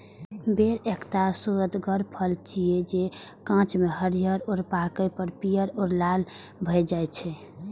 बेर एकटा सुअदगर फल छियै, जे कांच मे हरियर आ पाके पर पीयर आ लाल भए जाइ छै